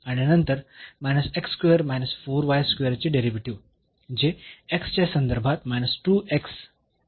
म्हणून आणि नंतर चे डेरिव्हेटिव्ह जे x च्या संदर्भात आणि नंतर प्लस असेल